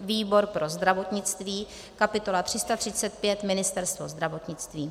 výbor pro zdravotnictví kapitola 335 Ministerstvo zdravotnictví;